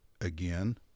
again